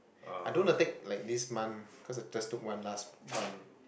I don't wanna take like this month cause I just took one last month